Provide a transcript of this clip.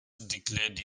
declared